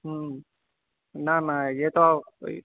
نہ نہ یہ تو کوئی